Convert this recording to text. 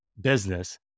business